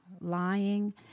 lying